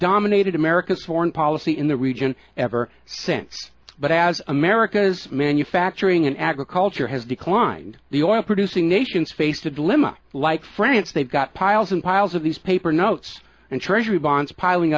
dominated america's foreign policy in the region ever since but as america's manufacturing and agriculture has declined the oil producing nations face a dilemma like france they've got piles and piles of these paper notes and treasury bonds piling